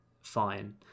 fine